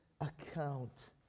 account